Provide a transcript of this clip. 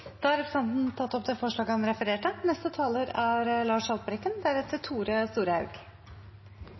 Da har representanten Jon Engen-Helgheim tatt opp det forslaget han refererte til.